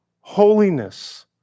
holiness